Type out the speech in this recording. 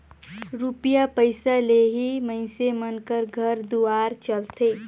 रूपिया पइसा ले ही मइनसे मन कर घर दुवार चलथे